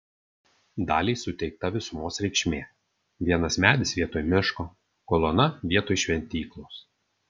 daliai suteikta visumos reikšmė vienas medis vietoj miško kolona vietoj šventyklos